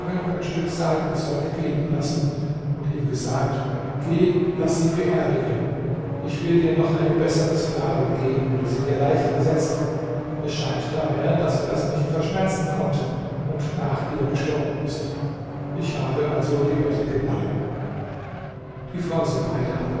und ein stück seidenzeug geben lassen und ihm gesagt geh laß sie beerdigen ich will dir noch eine bessere sklavin geben die sie dir leicht ersetzt es scheint daher daß er das nicht verschmerzen konnte und nach ihr gestorben ist ich habe also die wette gewonnen die frau subeida aber